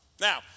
Now